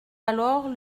alors